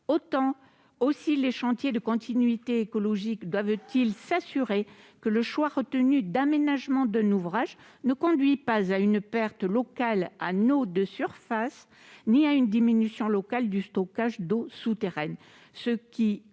Aussi les chantiers de continuité écologique doivent-ils s'assurer que le choix d'aménagement d'un ouvrage ne conduise ni à une perte locale en eau de surface ni à une diminution locale du stockage d'eau souterraine,